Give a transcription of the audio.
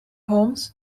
holmes